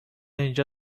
اینجا